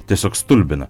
tiesiog stulbina